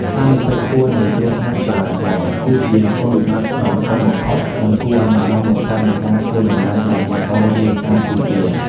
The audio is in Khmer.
ហានិភ័យខ្ពស់នៃគ្រោះថ្នាក់ចរាចរណ៍ គឺជាគុណវិបត្តិដ៏ធំបំផុត និងគួរឱ្យបារម្ភបំផុតនៃការធ្វើដំណើរដោយម៉ូតូនៅកម្ពុជា។